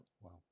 Wow